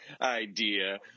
idea